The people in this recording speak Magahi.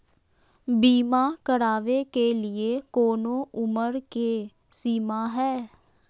बीमा करावे के लिए कोनो उमर के सीमा है?